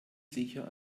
sicher